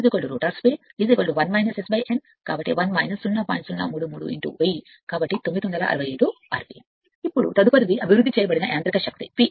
033 1000 కాబట్టి 967 rpm ఇప్పుడు తదుపరిది యాంత్రిక శక్తి అభివృద్ధి చేయబడింది P m 1 S PG